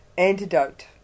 Antidote